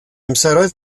amseroedd